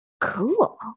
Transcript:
Cool